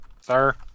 sir